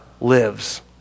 lives